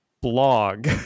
blog